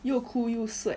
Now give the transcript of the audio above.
又酷又 swag